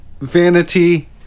Vanity